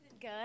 Good